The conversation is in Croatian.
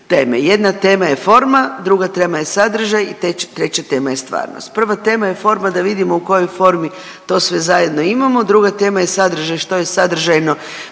teme, jedna tema je forma, druga tema je sadržaj i treća tema je stvarnost. Prva tema je forma da vidimo u kojoj formi to sve zajedno imamo, druga tema je sadržaj, što je sadržajno,